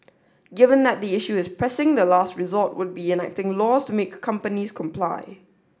given that the issue is pressing the last resort would be enacting laws to make companies comply